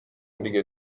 دیگه